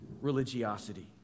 religiosity